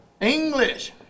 English